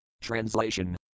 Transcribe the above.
Translation